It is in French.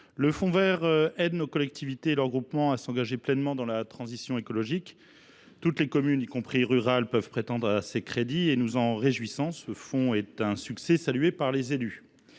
le fonds vert aide nos collectivités et leurs groupements à s’engager pleinement dans la transition écologique. Toutes les communes, y compris rurales, peuvent prétendre à ces crédits, et nous nous en réjouissons. Ce fonds est un succès, salué par les élus.